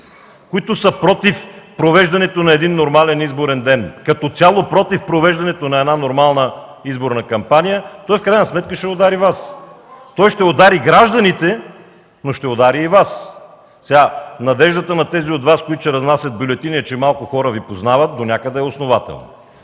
които са против провеждането на нормален изборен ден като цяло, против провеждането на нормална изборна кампания, в крайна сметка ще удари Вас. Той ще удари гражданите, но ще удари и Вас. Надеждата на тези от Вас, които ще разнасят бюлетини, че малко хора Ви познават, донякъде е основателна,